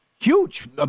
huge